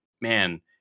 man